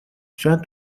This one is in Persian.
شاید